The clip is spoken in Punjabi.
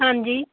ਹਾਂਜੀ